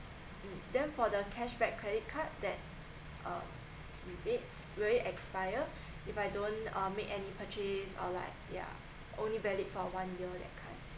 then for the cashback credit card that uh rebates will it expire if I don't um make any purchase or like yeah only valid for one year that kind